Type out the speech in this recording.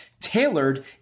Tailored